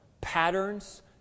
patterns